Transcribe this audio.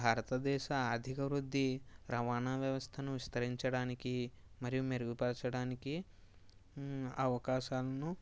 భారతదేశ ఆర్థిక వృద్ధి రవాణా వ్యవస్థను విస్తరించడానికి మరియు మెరుగుపరచడానికి అవకాశాలను